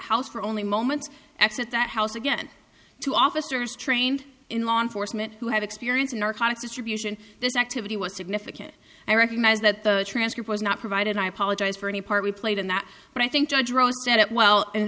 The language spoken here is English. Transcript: house for only moments x at that house again two officers trained in law enforcement who have experience in narcotics distribution this activity was significant i recognize that the transcript was not provided i apologize for any part we played in that but i think judge rosa said it well